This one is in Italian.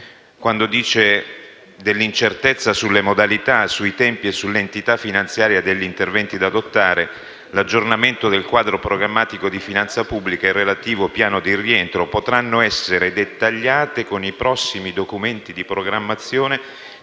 relazione all'incertezza sulle modalità, sui tempi e sull'entità finanziaria degli interventi da adottare, l'aggiornamento del quadro programmatico di finanza pubblica e il relativo piano di rientro potranno essere dettagliati con i prossimi documenti di programmazione,